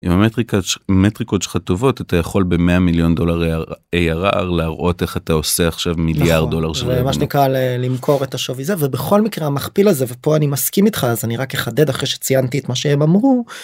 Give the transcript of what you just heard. אם המטריקות שלך טובות את יכול במאה מיליון דולר להראות איך אתה עושה עכשיו מיליארד דולר, זה מה שנקרא למכור את השובי הזה ובכל מקרה המכפיל הזה ופה אני מסכים איתך אז אני רק אחדד אחרי שציינתי את מה שהם אמרו.